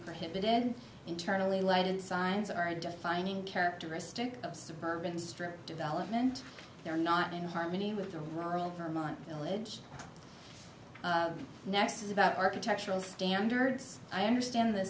prohibited internally lighted signs are a defining characteristic of suburban strip development they are not in harmony with the rules for my village next is about architectural standards i understand the